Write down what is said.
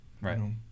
Right